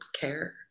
care